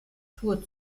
tour